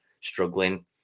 struggling